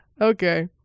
okay